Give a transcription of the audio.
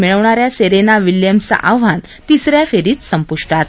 मिळवणाऱ्या सेरेना विल्यम्सचं आव्हान तिसऱ्या फेरीत संपुष्टात